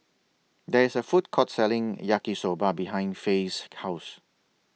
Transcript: There IS A Food Court Selling Yaki Soba behind Faye's House